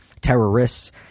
terrorists